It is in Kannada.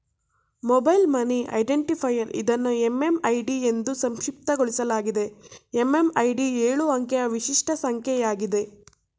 ಮೊಬೈಲ್ ಮನಿ ಐಡೆಂಟಿಫೈಯರ್ ಇದನ್ನು ಎಂ.ಎಂ.ಐ.ಡಿ ಎಂದೂ ಸಂಕ್ಷಿಪ್ತಗೊಳಿಸಲಾಗಿದೆ ಎಂ.ಎಂ.ಐ.ಡಿ ಎಳು ಅಂಕಿಯ ವಿಶಿಷ್ಟ ಸಂಖ್ಯೆ ಆಗಿದೆ